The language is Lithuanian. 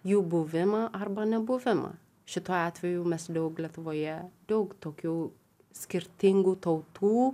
jų buvimą arba nebuvimą šituo atveju mes daug lietuvoje daug tokių skirtingų tautų